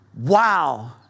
wow